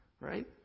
Right